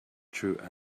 through